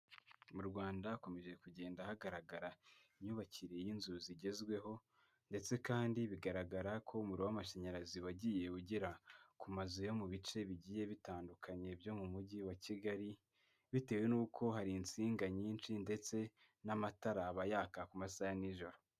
Mu Rwanda hakomeje kugenda hagaragara imyubakire y'inzu zigezweho ndetse kandi bigaragara ko umuriro w'amashanyarazi wagiye ugira ku mazu yo mu bice bigiye bitandukanye byo mu mujyi wa Kigali, bitewe n'uko hari insinga nyinshi ndetse n'amatara aba yaka ku masaha ya nijoro.